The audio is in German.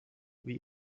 wie